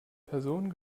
person